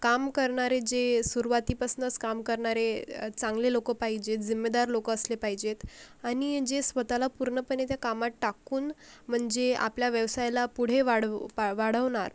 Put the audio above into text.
काम करणारे जे सुरुवातीपासनंच काम करणारे चांगले लोक पाहिजेत जिम्मेदार लोक असले पाहिजेत आणि जे स्वतःला पूर्णपणे त्या कामात टाकून म्हणजे आपल्या व्यवसायाला पुढे वाढव वाढवणार